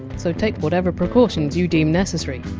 so take whatever precautions you deem necessary.